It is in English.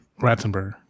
Ratzenberger